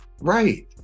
right